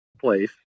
place